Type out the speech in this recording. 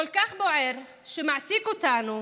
שמעסיק אותנו